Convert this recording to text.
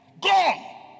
Gone